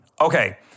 Okay